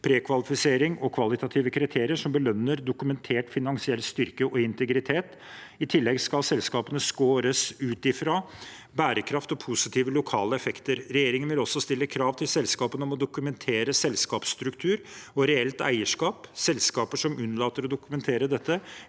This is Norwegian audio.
prekvalifisering og kvalitative kriterier som belønner dokumentert finansiell styrke og integritet. I tillegg skal selskapene scores ut fra bærekraft og positive lokale effekter. Regjeringen vil også stille krav til selskapene om å dokumentere selskapsstruktur og reelt eierskap. Selskaper som unnlater å dokumentere dette,